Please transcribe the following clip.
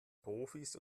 profis